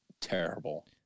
terrible